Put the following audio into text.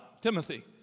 Timothy